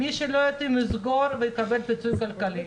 מי שלא יתאים, יסגור ויקבל פיצוי כלכלי.